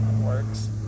works